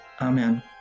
amen